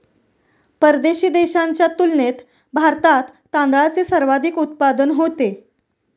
परदेशी देशांच्या तुलनेत भारतात तांदळाचे सर्वाधिक उत्पादन होते